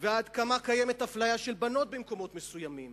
ועד כמה קיימת אפליה של בנות במקומות מסוימים.